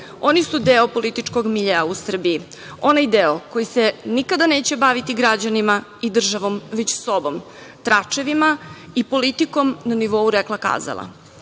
oni su deo političkom miljea u Srbiji. Onaj deo koji se nikada neće baviti građanima i državom već sobom, tračevima i politikom na nivou rekla - kazala.I,